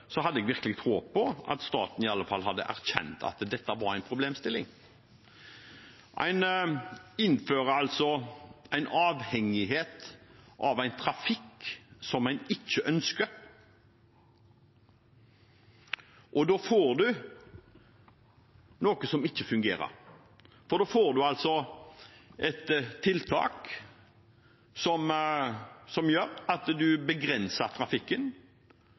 hadde jeg virkelig håpet på at staten iallfall hadde erkjent at dette var en problemstilling. En innfører en avhengighet av en trafikk som en ikke ønsker. Da får en noe som ikke fungerer, for da får en et tiltak som gjør at en begrenser trafikken.